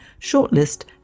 Shortlist